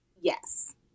yes